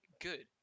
good